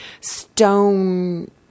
stone